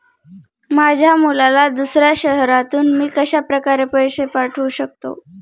माझ्या मुलाला दुसऱ्या शहरातून मी कशाप्रकारे पैसे पाठवू शकते?